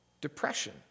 Depression